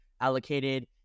allocated